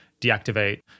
deactivate